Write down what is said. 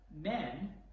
men